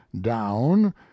down